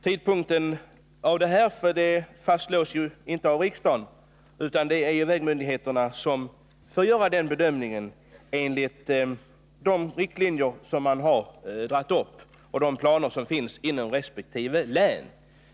Tidpunkten för det fastslås emellertid inte av riksdagen, utan det är vägmyndigheterna som får göra den bedömningen enligt de riktlinjer som har dragits upp och de planer som finns inom resp. län.